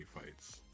fights